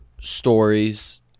stories